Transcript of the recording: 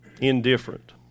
Indifferent